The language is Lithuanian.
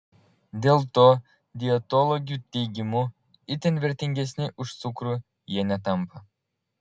dėl to dietologių teigimu itin vertingesni už cukrų jie netampa